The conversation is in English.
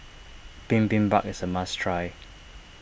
Bibimbap is a must try